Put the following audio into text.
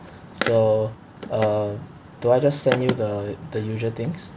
so uh do I just send you the the usual things